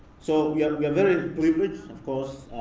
so, we are we are very privileged, of course,